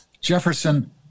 Jefferson